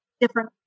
different